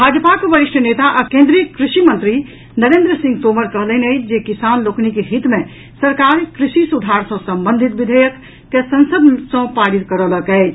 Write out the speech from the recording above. भाजपाक वरिष्ठ नेता आ केन्द्रीय कृषि मंत्री नरेन्द्र सिंह तोमर कहलनि अछि जे किसान लोकनिक हित मे सरकार कृषि सुधार सँ संबंधित विधेयक के संसद सँ पारित करौलक अछि